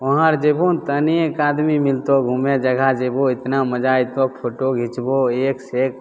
वहाँ आओर जएबहो ने तऽ अनेक आदमी मिलतऽ घुमै जगह जएबहो एतना मजा अएतऽ फोटो घिचबहो एकसे एक